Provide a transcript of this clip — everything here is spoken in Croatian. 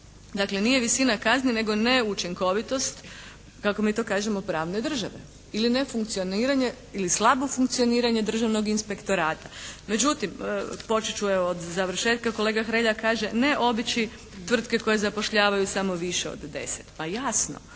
dakle nije visina kazne nego neučinkovitost kako mi to kažemo pravne države ili nefunkcioniranje ili slabo funkcioniranje Državnog inspektorata. Međutim, počet ću evo od završetka, kolega Hrelja kaže ne obići tvrtke koje zapošljavaju samo više od deset. Pa jasno,